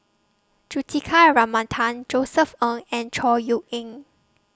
Juthika Ramanathan Josef Ng and Chor Yeok Eng